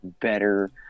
better